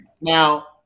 now